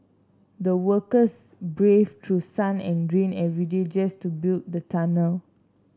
the workers brave through sun and rain every day just to build the tunnel